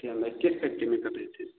अच्छा electric factory में कर रहे थे